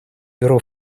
бюро